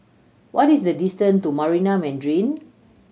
what is the distant to Marina Mandarin